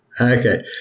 Okay